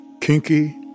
kinky